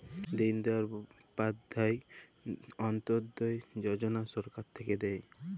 দিন দয়াল উপাধ্যায় অন্ত্যোদয় যজনা সরকার থাক্যে দেয়